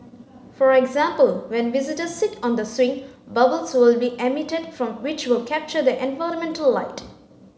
for example when visitors sit on the swing bubbles will be emitted from which will capture the environmental light